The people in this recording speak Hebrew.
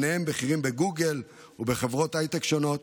ובהם בכירים בגוגל ובחברות הייטק שונות.